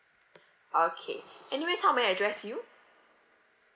okay anyways how may I address you